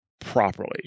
properly